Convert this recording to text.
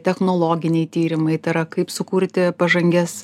technologiniai tyrimai tai yra kaip sukurti pažangias